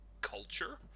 culture